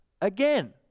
again